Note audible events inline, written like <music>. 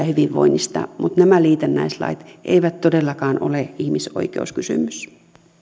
<unintelligible> hyvinvoinnista mutta nämä liitännäislait eivät todellakaan ole ihmisoikeuskysymys